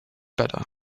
better